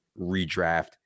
redraft